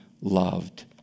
loved